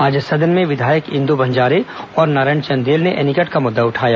आज सदन में विधायक इंदू बंजारे और नारायण चंदेल ने एनीकट का मुद्दा उठाया